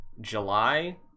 july